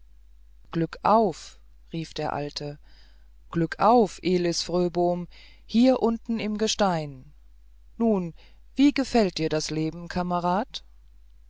glück auf rief der alte glück auf elis fröbom hier unten im gestein nun wie gefällt dir das leben kamerad